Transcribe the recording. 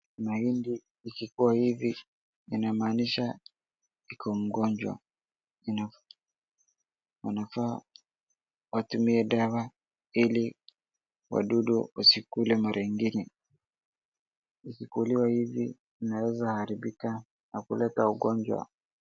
Mahindi ikikuwa hivi inamaanisha iko mgonjwa na wanafaa watumie dawa ili wadudu wasikule mara ingine, ikikuliwa hivi inaweza haribika na kuleta ugonjwa.